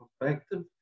perspective